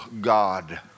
God